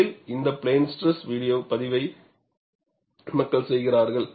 உண்மையில் இந்த plane stress video பதிவை மக்கள் செய்கிறார்கள்